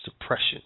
...suppression